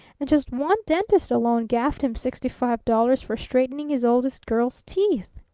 and just one dentist alone gaffed him sixty-five dollars for straightening his oldest girl's teeth!